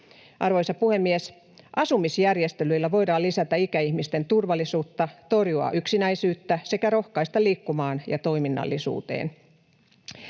Arvoisa puhemies! Asumisjärjestelyillä voidaan lisätä ikäihmisten turvallisuutta, torjua yksinäisyyttä sekä rohkaista liikkumaan ja toiminnallisuuteen.